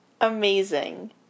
Amazing